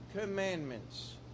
commandments